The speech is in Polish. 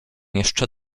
jeszcze